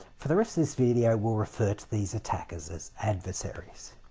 for the rest of this video we'll refer to these attackers as adversaries.